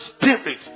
Spirit